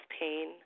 pain